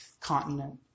continent